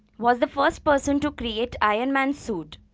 was the first person to create iron man's suit.